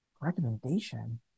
Recommendation